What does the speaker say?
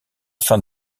fin